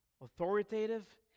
authoritative